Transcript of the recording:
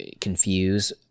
Confuse